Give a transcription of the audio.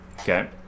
Okay